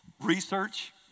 Research